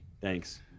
Thanks